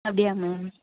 அப்படியா மேம்